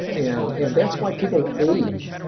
and and that's why people age.